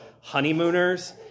Honeymooners